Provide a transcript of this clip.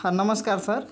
हां नमस्कार सर